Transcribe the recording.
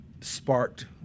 sparked